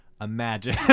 imagine